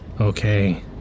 Okay